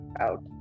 out